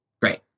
Great